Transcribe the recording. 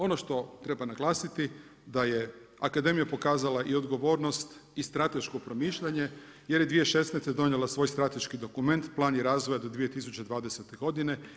Ono što treba naglasiti da je Akademija pokazala i odgovornost i strateško promišljanje jer je 2016. donijela svoj strateški dokument Plan razvoja do 2020. godine.